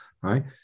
Right